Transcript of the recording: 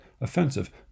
offensive